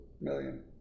Million